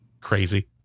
crazy